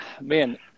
man